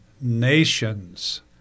Nations